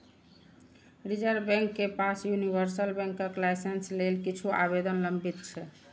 reserve bank के पास universal बैंकक लाइसेंस लेल किछु आवेदन लंबित छै